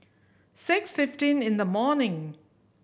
six fifteen in the morning